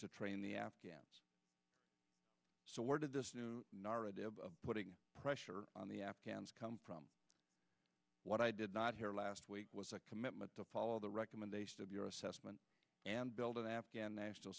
to train the afghans so where did this new narrative of putting pressure on the afghans come from what i did not hear last week was a commitment to follow the recommendations of your assessment and build an afghan national